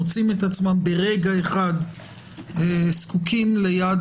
מוצאים את עצמם ברגע אחד זקוקים ביד